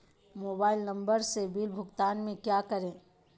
Mobile number से bill भुगतान में क्या करें?